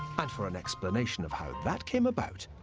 and for an expianation of how that came about,